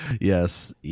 Yes